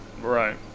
Right